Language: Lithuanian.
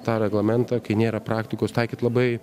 tą reglamentą kai nėra praktikos taikyt labai